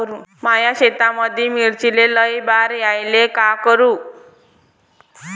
माया शेतामंदी मिर्चीले लई बार यायले का करू?